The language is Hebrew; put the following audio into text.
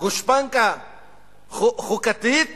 גושפנקה חוקתית